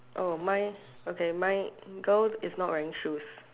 oh mine okay mine girl is not wearing shoes